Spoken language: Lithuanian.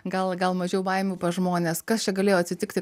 gal gal mažiau baimių pas žmones kas čia galėjo atsitikti